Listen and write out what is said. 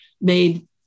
made